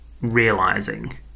realizing